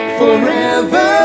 forever